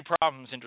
problems